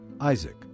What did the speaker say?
Isaac